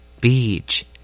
beach